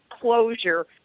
closure